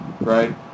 right